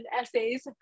essays